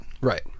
Right